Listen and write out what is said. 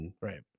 Right